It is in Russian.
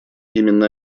именно